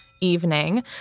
evening